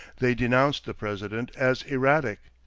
they denounced the president as erratic,